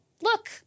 Look